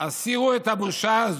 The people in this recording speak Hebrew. הסירו את הבושה הזו.